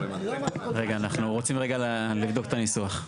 רגע אנחנו רוצים רגע לבדוק את הניסוח.